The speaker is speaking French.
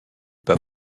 pas